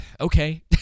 okay